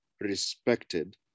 respected